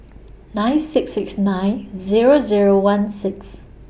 nine six six nine Zero Zero one six